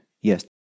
yes